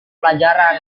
pelajaran